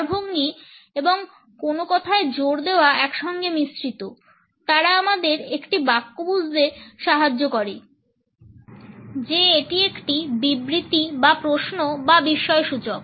স্বরভঙ্গি এবং কোনো কথায় জোর দেওয়া একসঙ্গে মিশ্রিত তারা আমাদের একটি বাক্য বুঝতে সাহায্য করে যে এটি একটি বিবৃতি বা প্রশ্ন বা বিস্ময়সূচক